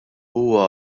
huwa